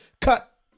cut